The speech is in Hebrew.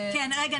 כן, רגע.